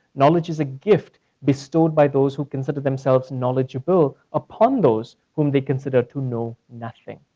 knowledge is a gift bestowed by those who consider themselves knowledgeable upon those whom they consider to know nothing.